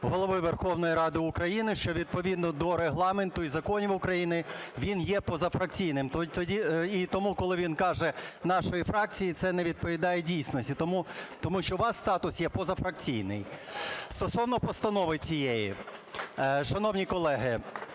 Голови Верховної Ради України, що відповідно до Регламенту і законів України він є позафракційним, і тому, коли він каже "нашої фракції", це не відповідає дійсності, тому що у вас статус є позафракційний. Стосовно постанови цієї. Шановні колеги,